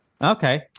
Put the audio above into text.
Okay